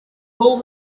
pull